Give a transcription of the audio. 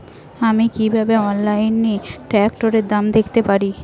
আমি কিভাবে অনলাইনে ট্রাক্টরের দাম দেখতে পারি?